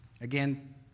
Again